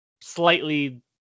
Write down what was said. slightly